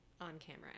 on-camera